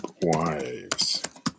wives